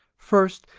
first,